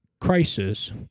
crisis